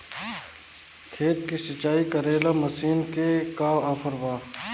खेत के सिंचाई करेला मशीन के का ऑफर बा?